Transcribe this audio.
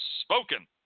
spoken